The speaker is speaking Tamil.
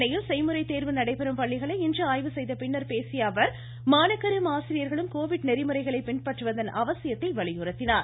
சென்னையில் செய்முறை தேர்வு நடைபெறும் பள்ளிகளை இன்று ஆய்வு செய்த பின்னர் பேசிய அவர் மாணாக்கரும் ஆசிரியர்களும் கோவிட் நெறிமுறைகளை பின்பற்றுவதன் அவசியத்தை வலியுறுத்தினார்